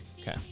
Okay